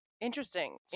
interesting